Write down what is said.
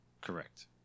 Correct